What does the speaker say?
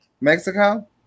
Mexico